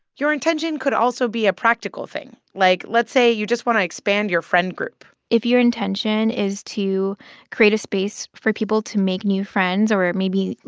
your intention could also be a practical thing. like, let's say you just want to expand your friend group if your intention is to create a space for people to make new friends or maybe,